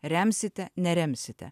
remsite neremsite